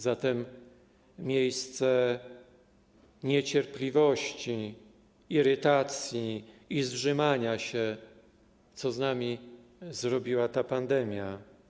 Zatem miejsce niecierpliwości, irytacji i zżymania się, co z nami zrobiła ta pandemia.